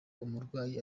umurwayi